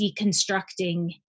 deconstructing